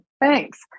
thanks